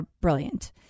brilliant